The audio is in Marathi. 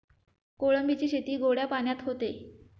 कोळंबीची शेती गोड्या पाण्यात होते